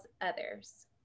others